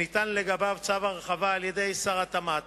שניתן לגביו צו הרחבה על-ידי שר התעשייה,